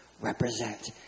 represent